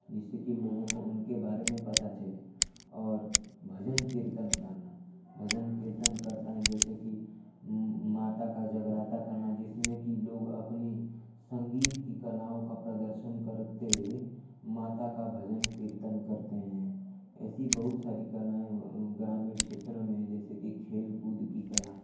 जिससे कि लोगों को उनके बारे में पता चले और भजन कीर्तन करना भजन कीर्तन करते हैं जैसे कि माता का जगराता करना जिसमें कि लोग अपने संगीत की कलाओं का प्रदर्शन करते हुए माता का भजन कीर्तन करते हैं ऐसी बहुत सारी कलाएँ ग्रामीण क्षेत्रों में जैसे कि खेलकूद की कला